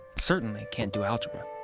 certainly can't do algebra.